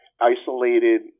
isolated